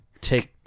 take